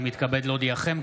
אני מתכבד להודיעכם,